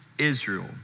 Israel